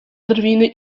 drwiny